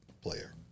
player